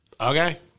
Okay